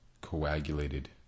coagulated